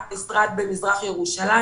כמה פעמים דרשנו ואמרנו שהמשרד חייב לצאת ביוזמה,